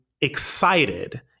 excited